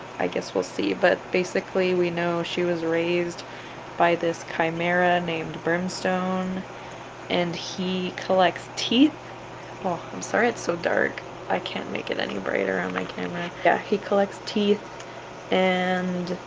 i guess we'll see but basically we know she was raised by this chimera named brimstone and he collects teeth i'm sorry it's so dark i can't make it any brighter on my camera, yeah he collects teeth and